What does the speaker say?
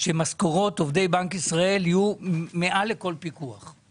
שמשכורות עובדי בנק ישראל יהיו מעל לכל פיקוח.